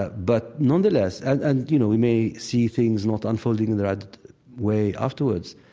ah but nonetheless, and, you know, we may see things not unfolding in the right way afterwards,